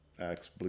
acts